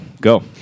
go